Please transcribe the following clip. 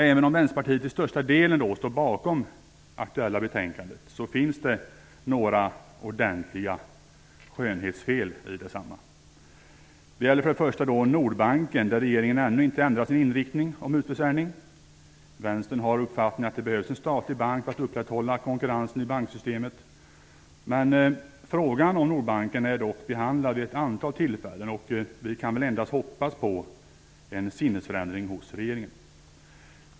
Även om Vänsterpartiet till största delen står bakom det aktuella betänkandet, anser vi att det finns ordentliga skönhetsfel i detta. Det gäller Nordbanken, där regeringen ännu inte ändrat sin inriktning om utförsäljning. Vänstern har uppfattningen att det behövs en statlig bank för att upprätthålla konkurrensen i banksystemet. Frågan om Nordbanken är dock behandlad vid ett antal tillfällen, och vi kan väl endast hoppas på en sinnesförändring hos regeringen.